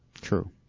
True